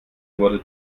wurde